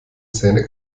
zähne